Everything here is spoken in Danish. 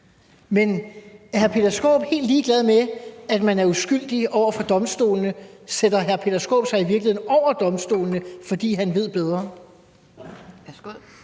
Men er hr. Peter Skaarup helt ligeglad med, at man er uskyldig over for domstolene – sætter hr. Peter Skaarup sig i virkeligheden over domstolene, fordi han ved bedre?